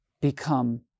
become